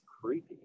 creepy